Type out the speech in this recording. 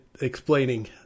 explaining